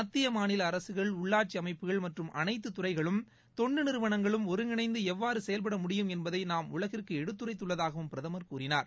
மத்திய மாநில அரசுகள் உள்ளாட்சி அமைப்புகள் மற்றும் அனைத்து துறைகளும் தொண்டு நிறுவனங்களும் ஒருங்கிணைந்து எவ்வாறு செயல்பட முடியும் என்பதை நாம் உலகிற்கு எடுத்துரைத்துள்ளதாகவும் பிரதமர் கூறினார்